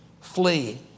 flee